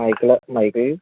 మైతల Maithili